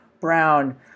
Brown